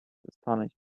astonished